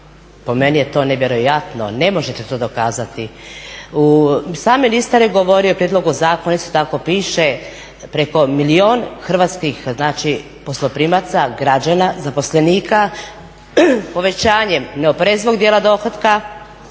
po meni je to nevjerojatno. Ne možete to dokazati. Sam ministar je govorio o prijedlogu zakona, … tako piše, preko milijun hrvatskih, znači, posloprimaca, građana, zaposlenika povećanjem neoporezivog dijela dohotka